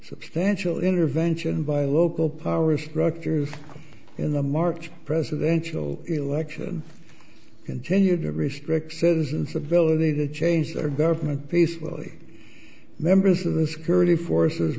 substantial intervention by local power structures in the march presidential election continue to restrict citizens ability to change their government peacefully members of the security forces